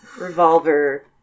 Revolver